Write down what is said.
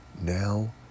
now